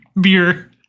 beer